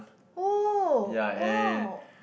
oh !wow!